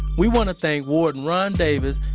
we wanna thank warden ron davis,